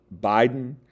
Biden